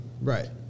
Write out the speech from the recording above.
Right